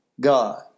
God